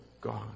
God